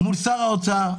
מול שר האוצר,